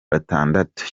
batandatu